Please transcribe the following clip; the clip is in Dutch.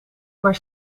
maar